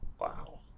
Wow